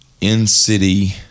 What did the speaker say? in-city